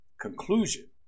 conclusion